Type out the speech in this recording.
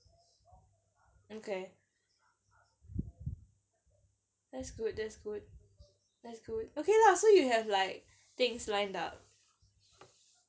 okay that's good that's good that's good okay lah so you have like things lined up